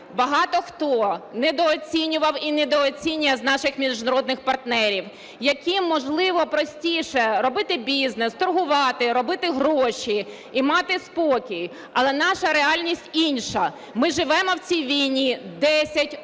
багато хто недооцінював і недооцінює з наших міжнародних партнерів, яким можливо простіше робити бізнес, торгувати, робити гроші і мати спокій. Але наша реальність інша – ми живемо в цій війні 10 років.